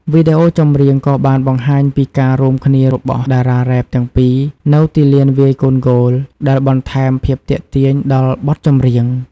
វីដេអូចម្រៀងក៏បានបង្ហាញពីការរួមគ្នារបស់តារារ៉េបទាំងពីរនៅទីលានវាយកូនហ្គោល ដែលបន្ថែមភាពទាក់ទាញដល់បទចម្រៀង។